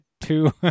two